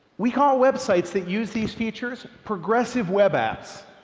we call web sites that use these features progressive web apps,